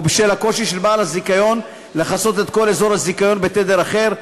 או בשל הקושי של בעל הזיכיון לכסות את כל אזור הזיכיון בתדר אחד,